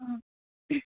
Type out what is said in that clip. आ